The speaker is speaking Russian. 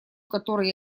которой